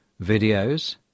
videos